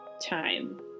time